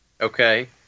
Okay